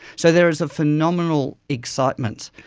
so there is a phenomenal excitement.